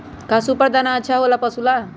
का सुपर दाना अच्छा हो ला पशु ला?